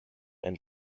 and